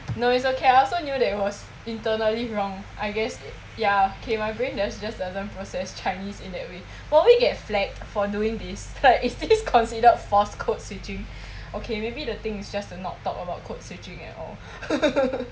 no it's okay I also knew that it was internally wrong I guess ya K my brain just just doesn't process chinese in that way will we get flagged for doing this like is this considered forced code switching okay maybe the thing is just to not talk about code switching at all